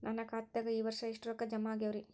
ನನ್ನ ಖಾತೆದಾಗ ಈ ವರ್ಷ ಎಷ್ಟು ರೊಕ್ಕ ಜಮಾ ಆಗ್ಯಾವರಿ?